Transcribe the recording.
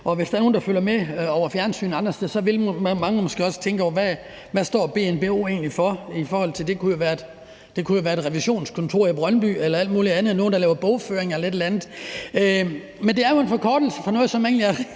hvis der er nogle, der følger med i fjernsynet eller andre steder, så vil de måske også tænke over, hvad BNBO egentlig står for. Det kunne være et revisionskontor i Brøndby, eller nogle, der laver bogføring, eller alt muligt andet. Men det er jo en forkortelse for noget, som egentlig er